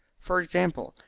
for example,